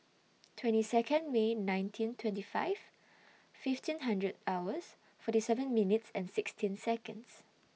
twenty Second May nineteen twenty five fifteen hundred hours forty seven minutes and sixteen Seconds